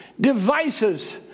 devices